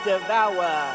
devour